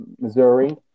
Missouri